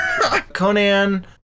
Conan